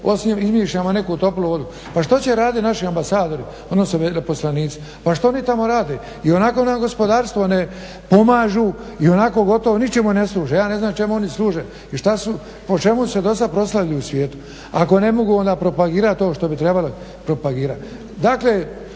ljudi izmišljamo neku toplu vodu. Pa što će raditi naši ambasadori, odnosno veleposlanici? Pa što oni tamo rade? Ionako nam gospodarstvo ne pomažu, ionako gotovo ničemu ne služe. Ja ne znam čemu oni služe i što su, po čemu su se dosad proslavili u svijetu ako ne mogu onda propagirati to što bi trebali propagirati. Dakle,